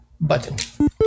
Button